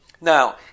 Now